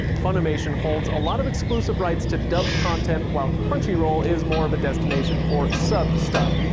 funimation holds a lot of exclusive rights to dubbed content while crunchyroll is more of a destination for subbed stuff,